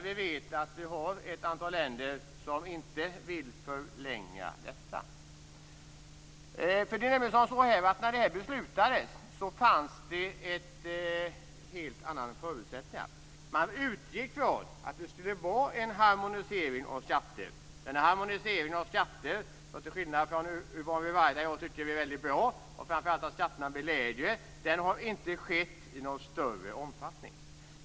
Vi vet att det finns ett antal länder som inte vill förlänga detta. När det här beslutades var förutsättningarna helt andra. Man utgick från att det skulle vara en harmonisering av skatter. Den här harmoniseringen av skatterna tycker jag, till skillnad från Yvonne Ruwaida, är mycket bra. Framför allt tycker jag att det är bra om skatterna blir lägre. Men den här harmoniseringen har inte skett i någon större omfattning.